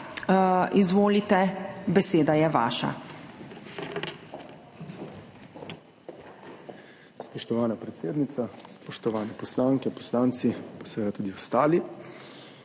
izvolite, beseda je vaša.